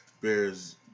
Bears